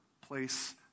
Place